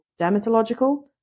dermatological